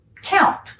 count